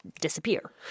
disappear